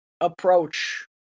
approach